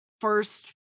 first